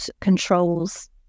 controls